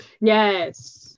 yes